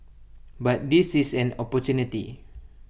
but this is an opportunity